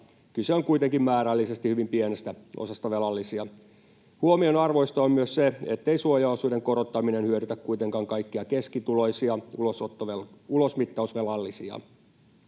Kyse on kuitenkin määrällisesti hyvin pienestä osasta velallisia. Huomionarvoista on myös se, ettei suojaosuuden korottaminen hyödytä kuitenkaan kaikkia keskituloisia ulosmittausvelallisia.